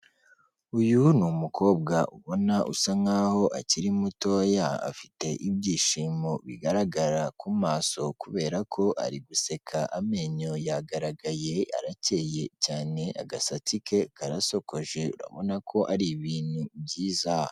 Uyu ni umukobwa ubona usa nk'aho akiri mutoya, afite ibyishimo bigaragara ku maso kubera ko ari guseka amenyo yagaragaye arakeye cyane, agasatsi ke karasokoje, urabona ko ari ibintu byiza.